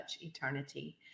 eternity